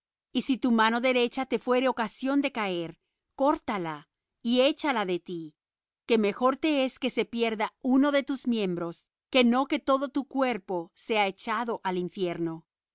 y si tu mano derecha te fuere ocasión de caer córtala y échala de ti que mejor te es que se pierda uno de tus miembros que no que todo tu cuerpo sea echado al infierno